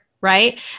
right